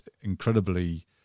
incredibly